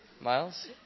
Miles